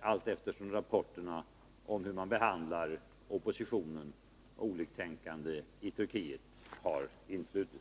allteftersom rapporterna om hur man behandlar oppositionen och de oliktänkande i Turkiet har influtit.